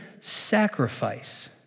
sacrifice